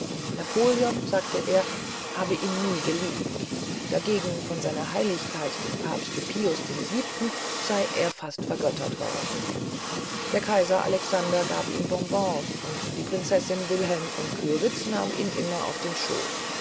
napoleon sagte er habe ihn nie geliebt dagegen von sr heiligkeit dem papste pius vii sei er fast vergöttert worden der kaiser alexander gab ihm bonbons und die prinzessin wilhelm von kyritz nahm ihn immer auf den schoß